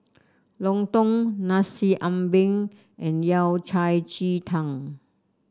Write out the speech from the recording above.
lontong Nasi Ambeng and Yao Cai Ji Tang